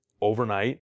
overnight